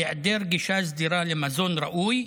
היעדר גישה סדירה למזון ראוי,